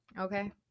okay